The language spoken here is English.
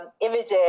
images